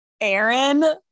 Aaron